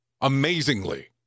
amazingly